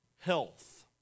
health